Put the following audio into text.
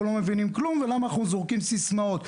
לא מבינים כלום ולמה אנחנו זורקים סיסמאות.